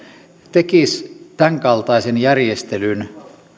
tekisi tämän kaltaisen järjestelyn